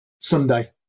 Sunday